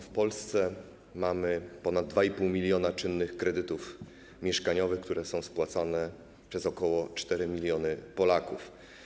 W Polsce mamy ponad 2,5 mln czynnych kredytów mieszkaniowych, które są spłacane przez ok. 4 mln Polaków.